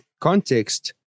context